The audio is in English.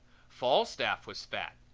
falstaff was fat,